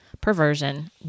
perversion